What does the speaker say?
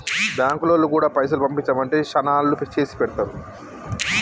బాంకులోల్లు గూడా పైసలు పంపించుమంటే శనాల్లో చేసిపెడుతుండ్రు